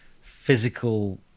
physical